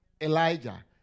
Elijah